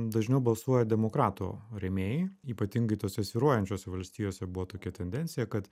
dažniau balsuoja demokratų rėmėjai ypatingai tose svyruojančios valstijose buvo tokia tendencija kad